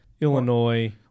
Illinois